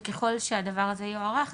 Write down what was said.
וככל שהדבר הזה יוארך,